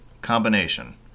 combination